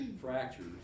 fractures